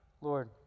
Lord